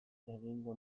egingo